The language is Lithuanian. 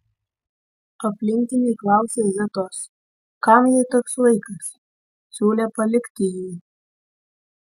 aplinkiniai klausė zitos kam jai toks vaikas siūlė palikti jį